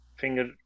finger